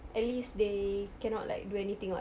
at least they cannot like do anything [what]